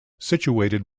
situated